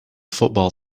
football